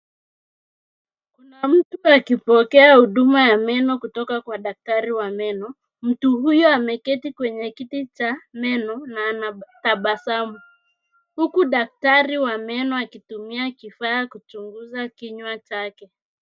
Kuna mtu akipokea huduma ya meno kutoka kwa daktari wa meno. Mtu huyo ameketi kwenye kiti cha meno na anatabasamu huku daktari wa meno akitumia kifaa kuchunguza kinywa chake.